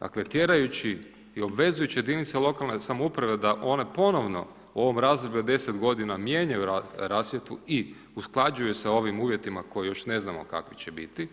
Dakle tjerajući i obvezujući jedinice lokalne samouprave da one ponovno u ovom razdoblju od 10 godina mijenjaju rasvjetu i usklađuje sa ovim uvjetima koji još ne znamo kakvi će biti